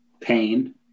Pain